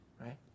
right